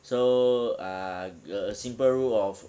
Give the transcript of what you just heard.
so ah the simple rule of